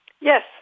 Yes